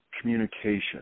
communication